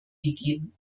gegeben